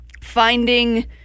finding